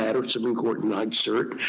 and supreme court denied cert.